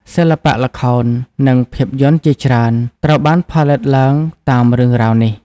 សិល្បៈល្ខោន និងភាពយន្តជាច្រើនត្រូវបានផលិតឡើងតាមរឿងរ៉ាវនេះ។